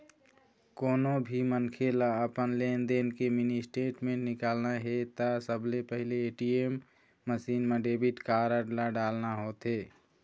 कोनो भी मनखे ल अपन लेनदेन के मिनी स्टेटमेंट निकालना हे त सबले पहिली ए.टी.एम मसीन म डेबिट कारड ल डालना होथे